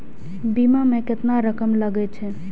बीमा में केतना रकम लगे छै?